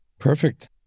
Perfect